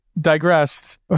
digressed